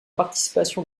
participation